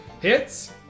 Hits